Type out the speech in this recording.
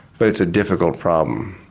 but it's a difficult problem.